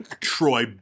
troy